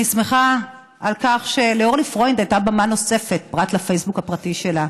אני שמחה על כך שלאורלי פרוינד הייתה במה נוספת פרט לפייסבוק הפרטי שלה,